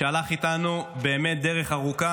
שהלך איתנו באמת דרך ארוכה.